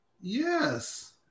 Yes